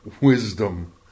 wisdom